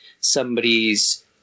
somebody's